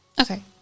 Okay